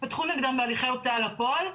פתחו נגדם בהליכי הוצאה לפועל.